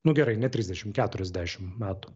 nu gerai ne trisdešimt keturiasdešimt metų